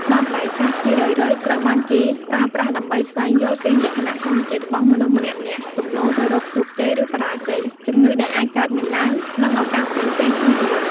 បាតដៃសាស្រ្ត ជារឿយៗត្រូវបានគេប្រើប្រាស់ដើម្បីស្វែងយល់ពីលក្ខណៈធម្មជាតិរបស់មនុស្សម្នាក់ៗ ទំនោរទៅរកជោគជ័យ ឬបរាជ័យ ជំងឺដែលអាចកើតមានឡើង និងឱកាសផ្សេងៗក្នុងជីវិត។